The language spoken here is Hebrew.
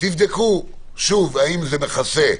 תבדקו שוב האם זה מכסה,